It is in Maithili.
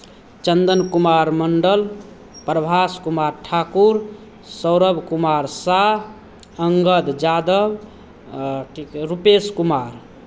चन्दन कुमार मण्डल प्रभाश कुमार ठाकुर सौरव कुमार साह अङ्गद यादव आ की रूपेश कुमार